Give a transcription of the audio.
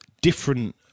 different